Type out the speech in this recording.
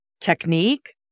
technique